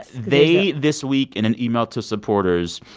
they, this week, in an email to supporters,